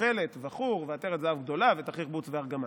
תכלת וחור ועטרת זהב גדולה ותכריך בוץ וארגמן'".